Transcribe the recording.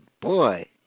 boy